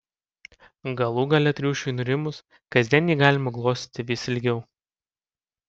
galų gale triušiui nurimus kasdien jį galima glostyti vis ilgiau